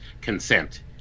consent